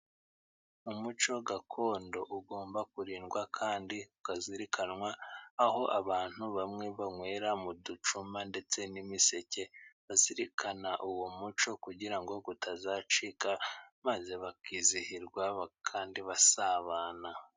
Umuco gakondo ugomba kurindwa kandi ukazirikanwa, aho abantu bamwe banywera mu ducuma ndetse n'imiseke bazirikana uwo muco, kugirango utazacika maze bakizihirwa kandi basabana.